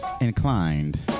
inclined